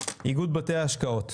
איגוד בתי ההשקעות,